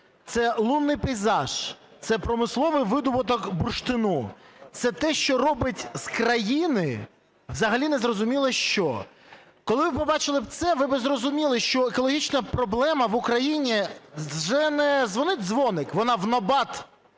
Це лунний пейзаж, це промисловий видобуток бурштину, це те, що робить з країни взагалі незрозуміло що. Коли б ви побачили це, ви б зрозуміли, що екологічна проблема в Україні вже не дзвонить дзвоник - вона в набат